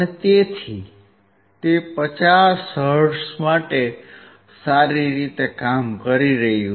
તેથી તે 50 હર્ટ્ઝ માટે સારી રીતે કામ કરી રહ્યું છે